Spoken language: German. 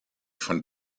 von